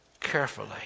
carefully